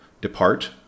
depart